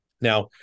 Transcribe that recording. Now